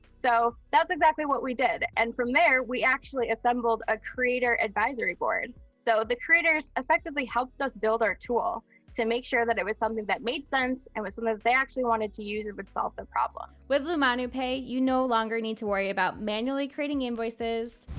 so, that's exactly what we did. and from there, we actually assembled a creator advisory board. so the creators effectively helped us build our tool to make sure that it was something that made sense and was some of what they actually wanted to use it would solve the problem. with lumanu pay you no longer need to worry about manually creating invoices,